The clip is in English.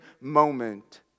moment